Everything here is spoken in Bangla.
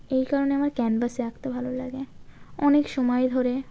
এই কারণে আমার ক্যানভাসে আঁকতে ভালো লাগে অনেক সময় ধরে